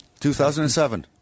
2007